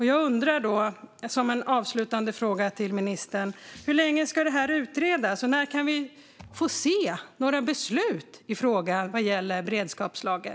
Jag undrar då, som en avslutande fråga till ministern: Hur länge ska det här utredas, och när kan vi få se några beslut i frågan vad gäller beredskapslager?